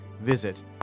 Visit